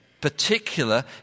particular